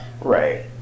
Right